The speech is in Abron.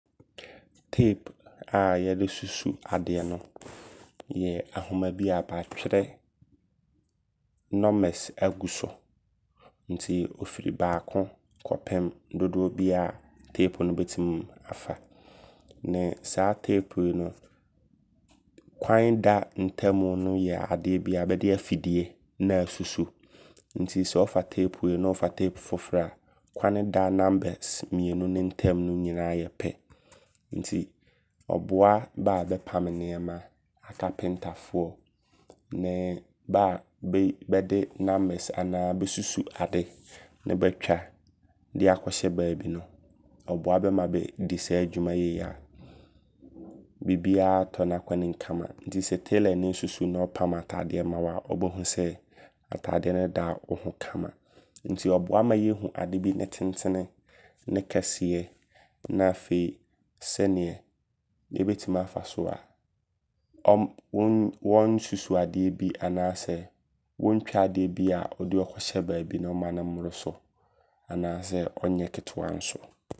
Tape a yɛde susu adeɛ no yɛ ahoma bia baatwerɛ nnɔmase aguso. Nti ɔfiri baako kɔpem dodoɔ biaa tape no bɛtim afa. Ne saa tape yi no kwane da ntamu no yɛ adeɛ bia bɛde afidie ne asusu. Nti sɛ wofa tape wei ne wofa tape foforɔ a kwane da numbers mmienu no ntam no nyinaa yɛ pɛ. Nti ɔboa bɛa bɛpam nneɛma, akapentafoɔ ne bɛa bɛde numbers anaa bɛsusu ade ne bɛatwa de akɔhyɛ baabi no. Ɔboa bɛ ma bɛdi saa adwuma yei a bibiaa tɔ n'akwanem kama. Nti sɛ tailorni susu ne ɔpam ataadeɛ ma wo a, wobɛhu sɛ ataadeɛ no da wo ho kama. Nti ɔboa ma yɛhu ade bi ne tentene ne kɛseɛ. Na afei sɛneɛ yɛbɛtim afa so a ɔmm wom wonsusu adeɛ bi anaasɛ wontwa adeɛ bia wode ɔɔkɔhyɛ baabi no mma no mmoroso. Anaasɛ ɔnyɛ ketewa nso.